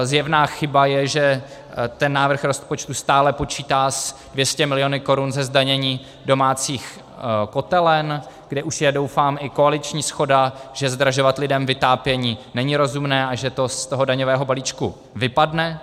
Zjevná chyba je, že návrh rozpočtu stále počítá s 200 mil. korun ze zdanění domácích kotelen, kde už je, doufám, i koaliční shoda, že zdražovat lidem vytápění není rozumné a že to z toho daňového balíčku vypadne.